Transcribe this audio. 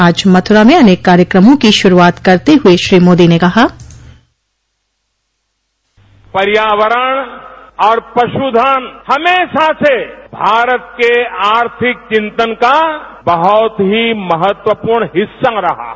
आज मथुरा में अनेक कार्यक्रमों की शुरूआत करते हुए श्री मोदी ने कहा बाइट पर्यावरण और पशुधन हमेशा से भारत के आर्थिक चिंतन का बहुत ही महत्वपूर्ण हिस्सा रहा है